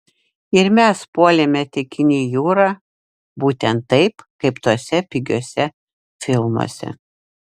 ir mes puolėme tekini į jūrą būtent taip kaip tuose pigiuose filmuose